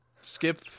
skip